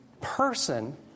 person